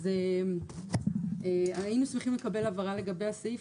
אז היינו שמחים לקבל הבהרה לגבי הסעיף,